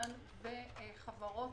העניין בחברות